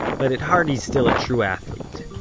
but at heart, he's still a true athlete.